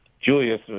Julius